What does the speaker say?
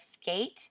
skate